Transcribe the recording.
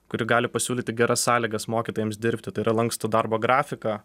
kuri gali pasiūlyti geras sąlygas mokytojams dirbti tai yra lankstų darbo grafiką